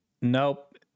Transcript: Nope